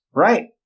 right